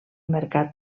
mercat